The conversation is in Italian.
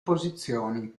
posizioni